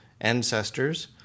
ancestors